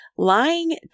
Lying